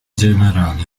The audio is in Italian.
generale